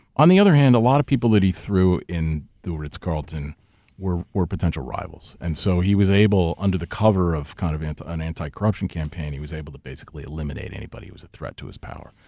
on the other hand, a lot of people that he threw in the ritz carlton were were potential rivals. and so he was able, under the cover of kind of and an anti-corruption campaign, he was able to basically eliminate anybody who was a threat to his power.